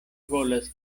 volas